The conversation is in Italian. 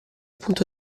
punto